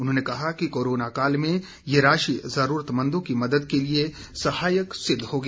उन्होंने कहा कि कोरोना काल में यह राशि जरूरतमंदों की मदद के लिए सहायक सिद्व होगी